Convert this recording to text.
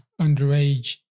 underage